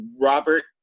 Robert